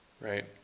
right